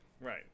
right